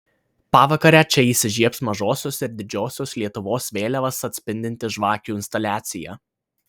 pavakarę čia įsižiebs mažosios ir didžiosios lietuvos vėliavas atspindinti žvakių instaliacija